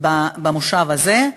במושב הזה.